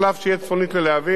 ויוכל לנוע צפונה.